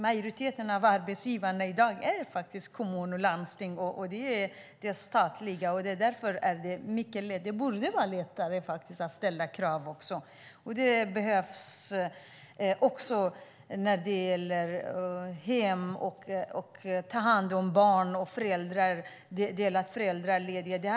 Majoriteten av arbetsgivarna är i dag kommuner, landsting och staten, och därför borde det vara lättare att ställa krav. Det behövs också när det gäller hem, att ta hand om barn och delad föräldraledighet.